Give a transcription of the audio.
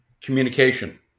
Communication